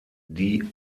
die